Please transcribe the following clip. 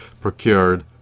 procured